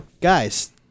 Guys